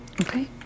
okay